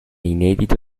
inedito